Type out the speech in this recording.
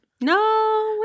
No